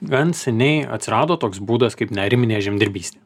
gan seniai atsirado toks būdas kaip neariminė žemdirbystė